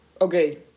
Okay